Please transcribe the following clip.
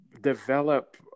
develop